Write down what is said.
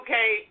Okay